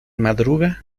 madruga